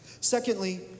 Secondly